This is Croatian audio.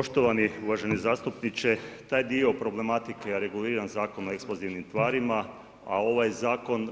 Poštovani uvaženi zastupniče, taj dio problematike je reguliran Zakonom o eksplozivnim tvarima, a ovaj Zakona